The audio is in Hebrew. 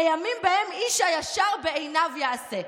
לימים שבהם 'איש הישר בעיניו יעשה'".